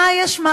מה יש,